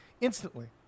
instantly